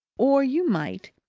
or you might,